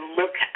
look